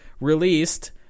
released